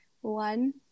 one